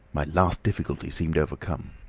my last difficulty seemed overcome.